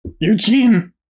Eugene